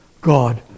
God